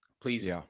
please